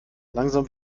langsam